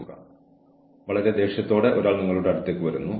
കൂടാതെ ജീവനക്കാരനെ മയക്കുമരുന്ന് പരിശോധനയ്ക്ക് വിധേയമാക്കി